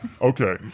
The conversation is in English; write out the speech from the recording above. Okay